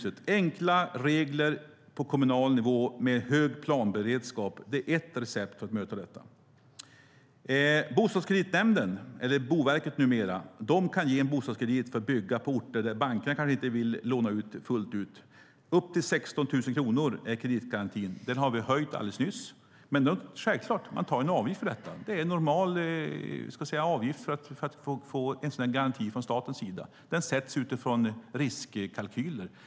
Det ska vara enkla regler på kommunal nivå med hög planberedskap. Det är ett recept. Bostadskreditnämnden - numera Boverket - kan ge bostadskrediter för att bygga på orter där bankerna inte vill låna ut. Upp till 16 000 kronor är kreditgarantin. Den har vi nyss höjt. Men självklart tas en avgift för detta. Det är normal avgift för att få en garanti från statens sida. Den sätts utifrån riskkalkyler.